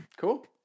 cool